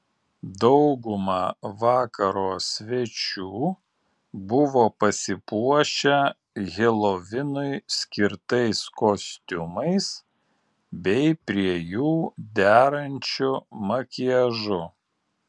dauguma vakaro svečių buvo pasipuošę helovinui skirtais kostiumais bei prie jų derančiu makiažu